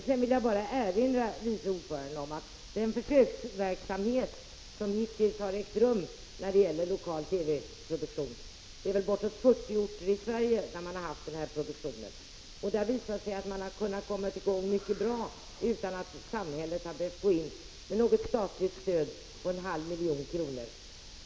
Jag vill sedan bara erinra vice ordföranden om att den försöksverksamhet som hittills har ägt rum när det gäller lokal TV-produktion på bortåt 40 orter i Sverige har visat att man kommit i gång mycket bra utan att samhället har behövt gå in med det statliga stödet på en halv miljon kronor.